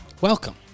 welcome